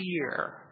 fear